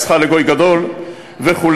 אעשך לגוי גדול וכו'.